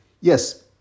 Yes